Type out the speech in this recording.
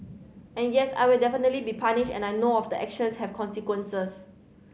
and yes I will definitely be punished and I know of the actions have consequences